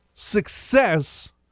Success